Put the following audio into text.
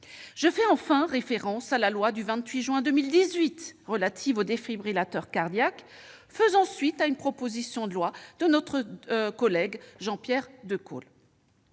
Je fais enfin référence à la loi du 28 juin 2018 relative au défibrillateur cardiaque, issue quant à elle d'une proposition de notre collègue Jean-Pierre Decool.